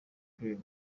klein